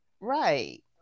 Right